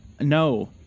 No